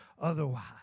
otherwise